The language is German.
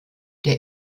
der